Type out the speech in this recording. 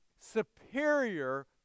superior